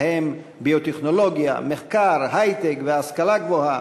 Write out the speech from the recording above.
ובהם ביו-טכנולוגיה, מחקר, היי-טק וההשכלה הגבוהה.